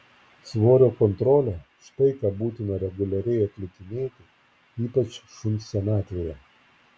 svorio kontrolė štai ką būtina reguliariai atlikinėti ypač šuns senatvėje